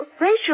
Rachel